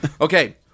Okay